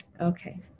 Okay